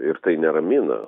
ir tai neramina